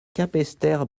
capesterre